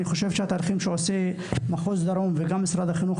אני חושב שבתהליכים שעושים כרגע משרד החינוך ומחוז דרום,